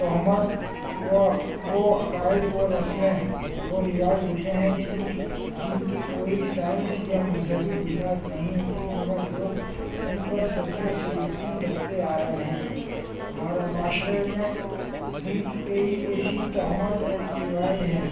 توہمات و وہ عقائد و رسمیں و رواج ہوتے ہیں جن کی جن کی کوئی سائنس یا مذہبی بنیاد نہیں ہوتی مگر لوگ ان پر صدیوں سے یقین رکھتے آ رہے ہیں ہمارا معاشرے میں بھی کئی ایسی توہمات رائج ہیں